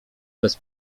bez